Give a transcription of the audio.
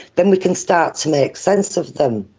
then we can start to make sense of them.